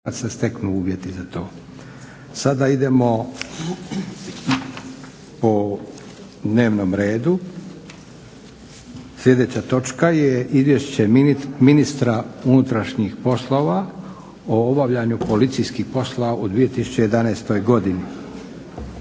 Sada idemo po dnevnom redu. Sljedeća točka je - Izvješće ministra unutarnjih poslova o obavljanju policijskih poslova u 2011.